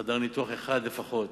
של חדר ניתוח אחד לפחות,